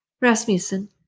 Rasmussen